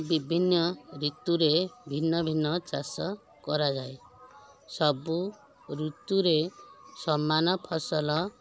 ବିଭିନ୍ନ ଋତୁରେ ଭିନ୍ନ ଭିନ୍ନ ଚାଷ କରାଯାଏ ସବୁ ଋତୁରେ ସମାନ ଫସଲ